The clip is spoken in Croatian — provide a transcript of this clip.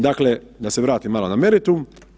Dakle, da se vratim malo na meritum.